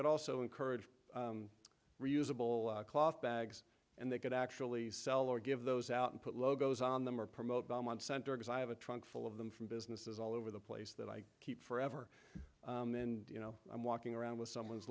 can also encourage reusable cloth bags and they can actually sell or give those out and put logos on them or promote belmont center because i have a trunk full of them from businesses all over the place that i keep forever and you know i'm walking around with someone's